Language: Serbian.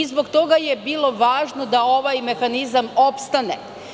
Zbog toga je bilo važno da ovaj mehanizam opstane.